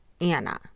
Anna